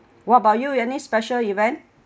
what about you your niece special event